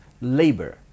labor